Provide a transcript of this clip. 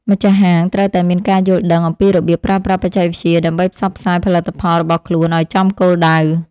ម្ចាស់ហាងត្រូវតែមានការយល់ដឹងអំពីរបៀបប្រើប្រាស់បច្ចេកវិទ្យា ដើម្បីផ្សព្វផ្សាយផលិតផលរបស់ខ្លួនឱ្យចំគោលដៅ។